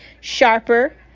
Sharper